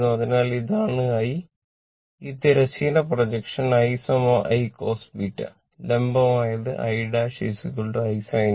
അതിനാൽ ഇതാണ് I ഈ തിരശ്ചീന പ്രൊജക്ഷൻ I I cos β ലംബമായത് I I sin β